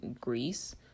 Greece